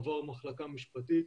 עבר מחלקה משפטית,